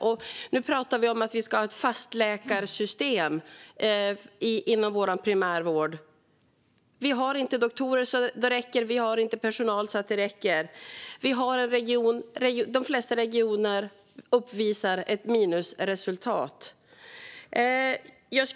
Och nu pratar vi om att vi ska ha ett fastläkarsystem inom primärvården, men vi har inte doktorer eller personal så att det räcker. De flesta regioner uppvisar ett minusresultat.